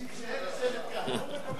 שיישאר לשבת כאן.